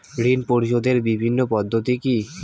ঋণ পরিশোধের বিভিন্ন পদ্ধতি কি কি?